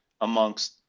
amongst